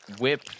whip